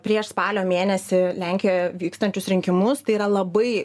prieš spalio mėnesį lenkijoje vykstančius rinkimus tai yra labai